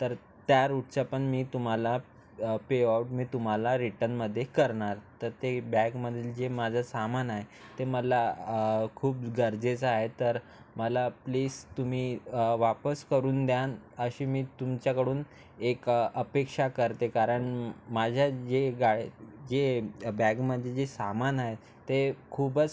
तर त्या रूटचा पण मी तुम्हाला पे ऑफ मी तुम्हाला रिटनमध्ये करणार तर ते बॅगमधील जे माझं सामान आहे ते मला खूप गरजेचं आहे तर मला प्लीस तुम्ही वापस करून द्यान अशी मी तुमच्याकडून एक अपेक्षा करते कारण माझ्या जे काय जे बॅगमध्ये जे सामान आहे ते खूपच